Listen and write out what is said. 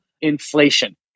inflation